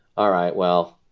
all right, well,